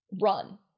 run